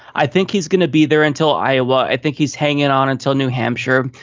i think he's going to be there until iowa. i think he's hanging on until new hampshire.